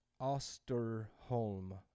Osterholm